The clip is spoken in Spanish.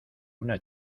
una